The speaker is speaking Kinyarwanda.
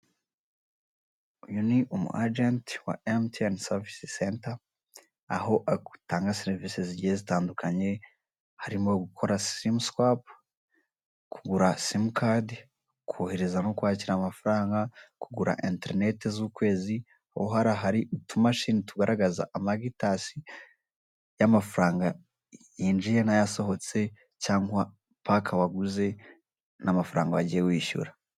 Uyu ni umu agenti wa emutiyeni savise senta. Aho atanga serivisi zigiye zitandukanye, harimo gukora simu swapu, kugura simu kadi, kohereza no kwakira amafaranga, kugura interineti z'ukwezi, aho hariya hari utumashini rugaragaza amagitansi y'amafaranga yinjiye n'ayasohotse, cyangwa paki waguze, n'amafaranga wagiye wishyura.